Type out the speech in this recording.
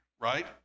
right